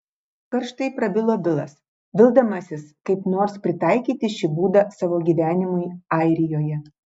karštai prabilo bilas vildamasis kaip nors pritaikyti šį būdą savo gyvenimui airijoje